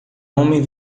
homem